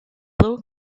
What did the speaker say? blow